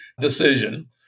decision